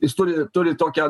jis turi turi tokią